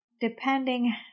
depending